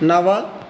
नव